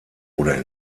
oder